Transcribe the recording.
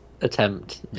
attempt